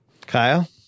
Kyle